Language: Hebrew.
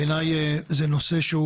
בעיניי זה נושא שהוא